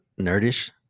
nerdish